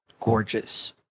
gorgeous